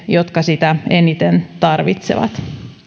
jotka sitä eniten tarvitsevat